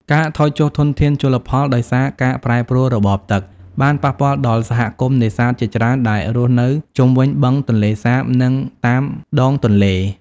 ការថយចុះធនធានជលផលដោយសារការប្រែប្រួលរបបទឹក បានប៉ះពាល់ដល់សហគមន៍នេសាទជាច្រើនដែលរស់នៅជុំវិញបឹងទន្លេសាប និងតាមដងទន្លេ។